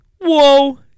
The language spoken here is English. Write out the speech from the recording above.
Whoa